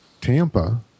Tampa